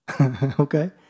okay